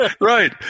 Right